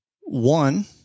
One